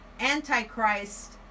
Antichrist